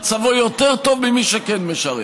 מצבו יותר טוב ממי שכן משרת.